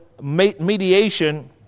mediation